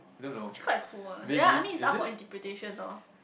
actually quite cool lah ya I mean it's up for interpretation lor